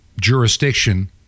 jurisdiction